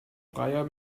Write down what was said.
breyer